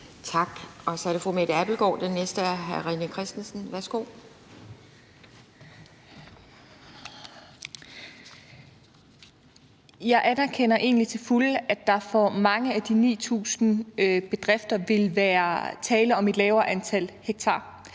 Jeg anerkender egentlig til fulde, at der for mange af de 9.000 bedrifter vil være tale om et lavere antal hektar,